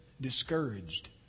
discouraged